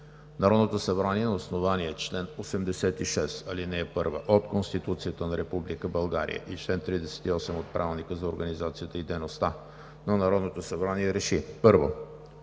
Народното събрание на основание чл. 86, ал. 1 от Конституцията на Република България и чл. 38 от Правилника за организацията и дейността на Народното събрание РЕШИ: 1.